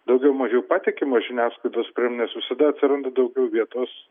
daugiau mažiau patikimos žiniasklaidos priemonės visada atsiranda daugiau vietos